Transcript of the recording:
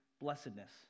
blessedness